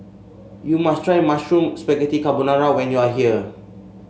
you must try Mushroom Spaghetti Carbonara when you are here